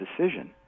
decision